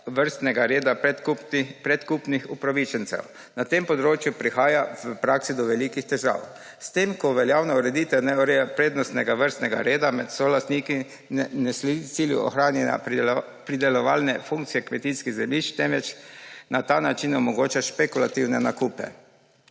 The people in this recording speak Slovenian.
vrstnega reda predkupnih upravičencev. Na tem področju prihaja v praksi do velikih težav. S tem, ko veljavna ureditev ne ureja prednostnega vrstnega reda med solastniki, ne sledi cilju ohranjanja pridelovalne funkcije kmetijskih zemljišč, temveč na ta način omogoča špekulativne nakupe.